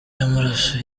y’amaraso